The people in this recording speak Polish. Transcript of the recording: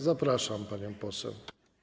Zapraszam panią poseł.